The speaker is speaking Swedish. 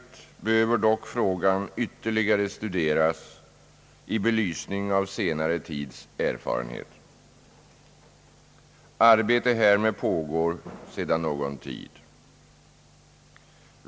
Otvivelaktigt behöver dock frågan ytterligare studeras i belysning av senare tids erfarenheter. Arbete härmed pågår sedan någon tid.